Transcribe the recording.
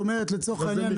כלומר לצורך העניין,